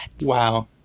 Wow